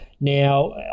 Now